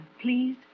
please